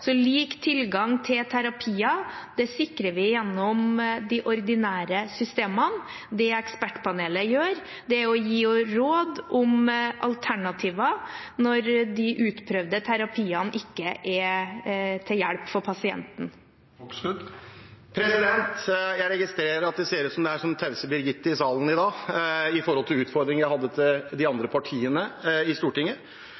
Lik tilgang til terapier sikrer vi gjennom de ordinære systemene. Det Ekspertpanelet gjør, er å gi råd om alternativer når de utprøvde terapiene ikke er til hjelp for pasienten. Jeg registrerer at det ser ut som det er «Tause Birgitte» i salen i dag med hensyn til utfordringer jeg hadde til de